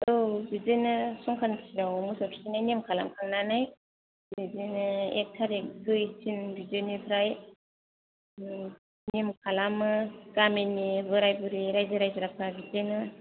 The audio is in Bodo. औ बिदिनो संख्रानथियाव मोसौ थुखैनाय नियम खालाम खांनानै बिदिनो एक थारिख दुइ तिन बिदिनिफ्राय नेम खालामो गामिनि बोराइ बुरि रायजो राजाफ्रा बिदिनो